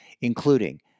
including